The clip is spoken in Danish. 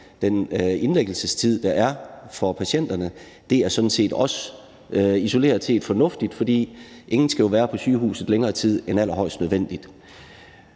den indlæggelsestid, der er for patienterne. Det er sådan set også isoleret set fornuftigt, for ingen skal jo være på sygehuset længere tid end allerhøjst nødvendigt.